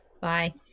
Bye